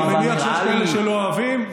אני מניח שיש כאלה לא אוהבים,